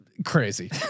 Crazy